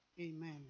Amen